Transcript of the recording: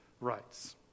Rights